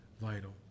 vital